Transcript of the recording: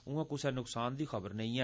उयां कुसै नुक्सान दी खबर नेई ऐ